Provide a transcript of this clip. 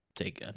take